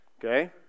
Okay